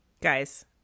Guys